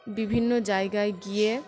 বিভিন্ন জায়গায় গিয়ে